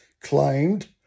claimed